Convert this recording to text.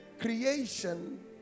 creation